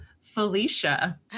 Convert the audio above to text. Felicia